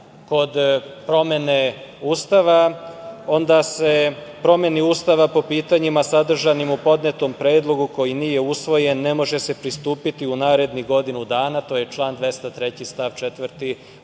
kod promene Ustava, onda se promeni Ustava po pitanjima sadržanim u podnetom predlogu koji nije usvojen ne može pristupiti u narednih godinu dana. To je član 203. stav 4. Ustava